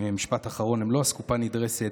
משפט אחרון, הם לא אסקופה נדרסת,